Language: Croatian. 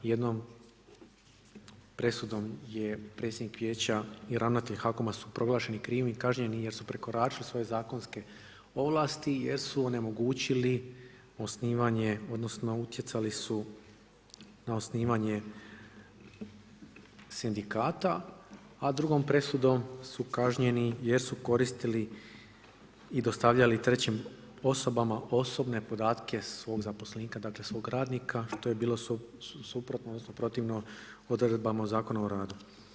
Jednom presudom je predsjednik Vijeća i ravnatelj HAKOM-a su proglašeni krivim i kažnjeni jer su prekoračili svoje zakonske ovlasti jer su onemogućili osnivanje, odnosno utjecali su na osnivanje sindikata, a drugom presudom su kažnjeni jer su koristili i dostavljali trećim osobama osobne podatke svog zaposlenika, dakle, svog radnika, to je bilo suprotno odnosno protivno odredbama o Zakonu o radu.